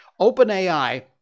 OpenAI